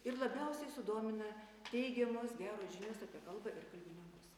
ir labiausiai sudomina teigiamos geros žinios apie kalbą ir kalbininkus